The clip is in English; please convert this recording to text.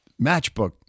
matchbook